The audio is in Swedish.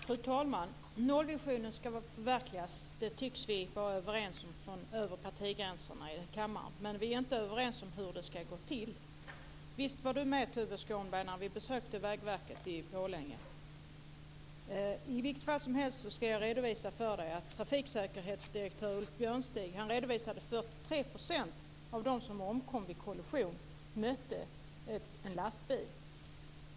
Fru talman! Nollvisionen ska förverkligas - det tycks vi vara överens om över partigränserna i kammaren. Men vi är inte överens om hur det ska gå till. Visst var Tuve Skånberg med när vi besökte Vägverket i Borlänge. I vilket fall helst ska jag redovisa för er att trafiksäkerhetsdirektören Ulf Björnstig redovisade att 43 % av dem som omkom vid kollisioner mötte en lastbil.